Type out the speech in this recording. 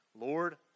Lord